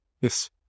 Yes